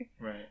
right